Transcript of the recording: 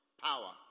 power